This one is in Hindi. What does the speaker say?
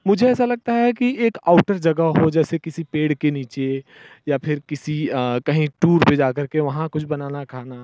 मुझे ऐसा लगता है कि एक आउटर जगह हो जैसे किसी पेड़ के नीचे या फिर किसी कहीं टूर पे जा कर के वहाँ कुछ बनाना खाना